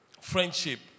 friendship